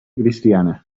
cristiana